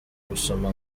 gusoma